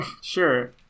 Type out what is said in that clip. Sure